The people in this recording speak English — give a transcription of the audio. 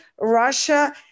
Russia